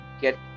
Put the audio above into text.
get